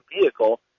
vehicle